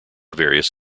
various